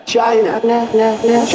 China